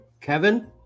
Kevin